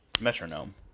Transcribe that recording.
Metronome